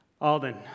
Alden